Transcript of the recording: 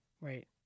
Right